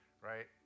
right